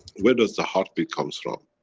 where does the heartbeat comes from?